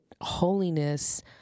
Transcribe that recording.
holiness